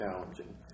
challenging